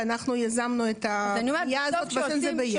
ואנחנו יזמנו את הפניה הזאת ביחד.